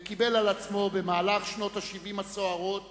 וקיבל על עצמו במהלך שנות ה-70 הסוערות